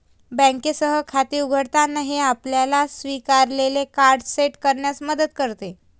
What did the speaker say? बँकेसह खाते उघडताना, हे आपल्याला स्वीकारलेले कार्ड सेट करण्यात मदत करते